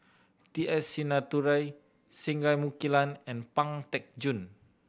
T S Sinnathuray Singai Mukilan and Pang Teck Joon